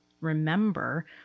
remember